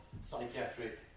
psychiatric